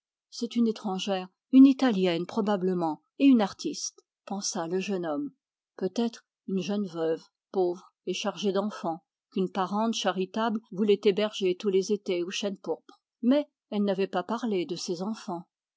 c'est une étrangère une italienne probablement et une artiste pensa le jeune homme peut-être un jeune veuve pauvre et chargée d'enfants qu'une parente charitable voulait héberger tous les étés au chênepourpre mais elle n'avait pas parlé de ses enfants